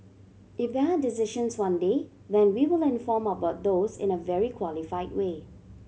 if there are decisions one day then we will inform about those in a very qualified way